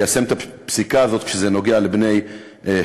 ליישם את הפסיקה הזאת כשזה נוגע לבני הפלאשמורה.